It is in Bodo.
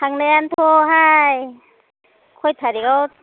थांनायाथ'हाय खय थारिकआव